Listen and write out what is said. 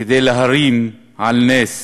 כדי להרים על נס